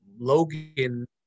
Logan